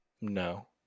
No